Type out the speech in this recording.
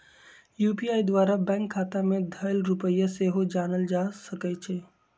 UPI द्वारा bank खता में धएल रुपइया सेहो जानल जा सकइ छै